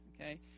okay